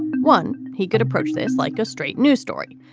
one, he could approach this like a straight news story,